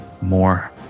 more